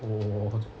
我